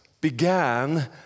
began